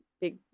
big